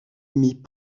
mit